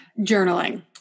journaling